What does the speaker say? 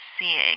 seeing